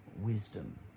wisdom